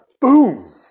boom